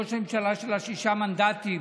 ראש הממשלה של שישה מנדטים,